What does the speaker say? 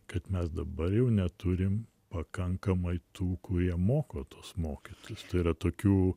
kad mes dabar jau neturim pakankamai tų kurie moko tuos mokytojus tai yra tokių